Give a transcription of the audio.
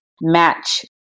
match